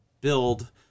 build